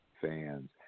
Fans